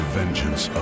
vengeance